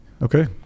Okay